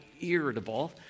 irritable